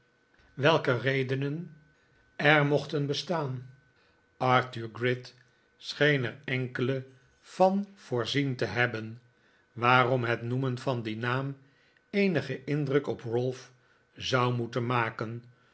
welke redenen er mochten bestaan arthur gride scheen er enkele van voorzien te hebben waarom het noemen van dien naam eenigen indruk op ralph zou moeten maken